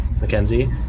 Mackenzie